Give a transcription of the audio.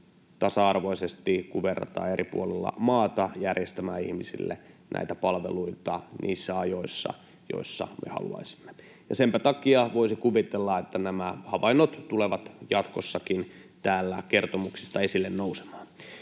tasa-arvoisesti järjestämään ihmisille näitä palveluita niissä ajoissa, joissa me haluaisimme, kun verrataan maan eri puolia. Senpä takia voisi kuvitella, että nämä havainnot tulevat jatkossakin täällä kertomuksista esille nousemaan.